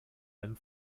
einen